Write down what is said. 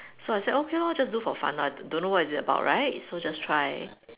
so I say okay lor just do for fun lor don't know what is it about so just try